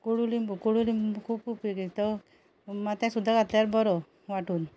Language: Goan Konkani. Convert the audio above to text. कोडुलिंबू कोडुलिंबू खूब उपेगी तो माथ्या सुद्दां घातल्यार बरो वांटून